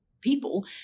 people